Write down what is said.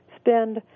spend